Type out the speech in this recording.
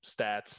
stats